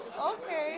Okay